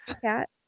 cat